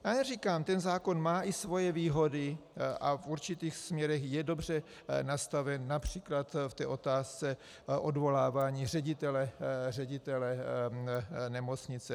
Já neříkám, ten zákon má i své výhody a v určitých směrech je dobře nastaven, například v otázce odvolávání ředitele nemocnice.